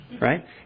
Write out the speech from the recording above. right